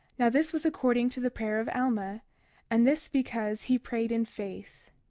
now this was according to the prayer of alma and this because he prayed in faith.